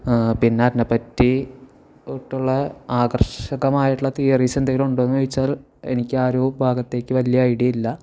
പിന്നെ അതിനെപ്പറ്റിയിട്ടുള്ള ആകർഷകമായിട്ടുള്ള തിയറീസ് എന്തെങ്കിലും ഉണ്ടോയെന്നു ചോദിച്ചാൽ എനിക്കാ ഒരു ഭാഗത്തേക്ക് വലിയ ഐഡിയയില്ല